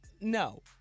No